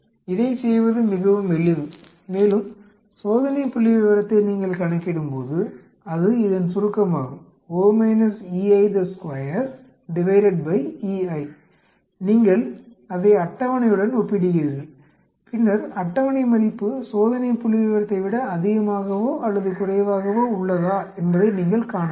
இதைச் செய்வது மிகவும் எளிது மேலும் சோதனை புள்ளிவிவரத்தை நீங்கள் கணக்கிடும்போது அது இதன் சுருக்கமாகும் நீங்கள் அதை அட்டவணையுடன் ஒப்பிடுகிறீர்கள் பின்னர் அட்டவணை மதிப்பு சோதனை புள்ளிவிவரத்தை விட அதிகமாகவோ அல்லது குறைவாகவோ உள்ளதா என்பதை நீங்கள் காணலாம்